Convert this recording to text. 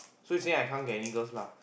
so you say I can't get any girls lah